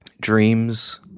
dreams